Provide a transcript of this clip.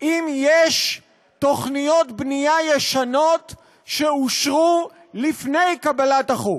אם יש תוכניות בנייה שאושרו לפני קבלת החוק.